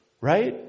right